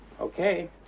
Okay